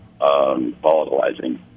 volatilizing